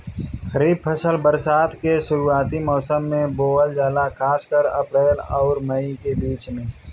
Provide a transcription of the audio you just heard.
खरीफ फसल बरसात के शुरूआती मौसम में बोवल जाला खासकर अप्रैल आउर मई के बीच में